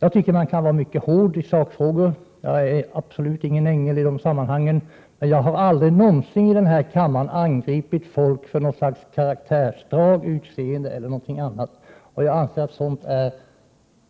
Jag tycker att man kan vara mycket hård i sakfrågor — jag är absolut ingen ängel i sådana sammanhang. Men jag har aldrig någonsin i denna kammare angripit folk på grund av deras karaktärsdrag, utseende eller annat. Jag anser att sådant är